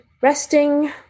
resting